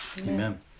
Amen